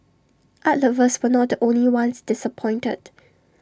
art lovers were not the only ones disappointed